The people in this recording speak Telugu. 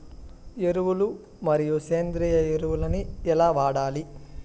ఎరువులు మరియు సేంద్రియ ఎరువులని ఎలా వాడాలి?